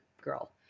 girl